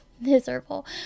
miserable